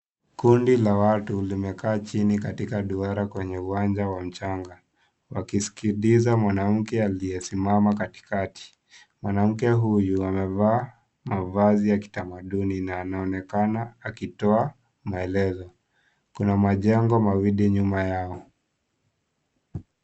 Kundi la watu limekaa chini katika duara kwenye uwanja wa mchanga wakisikiliza mwanamke aliyesimama katikati, mwanamke huyu amevaa mavazi ya kitamaduni na anonekana akitoa maelezo, kuna majengo mawili nyuma yao.